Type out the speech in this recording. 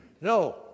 no